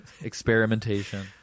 Experimentation